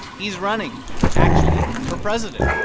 he's running actually for president.